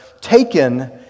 taken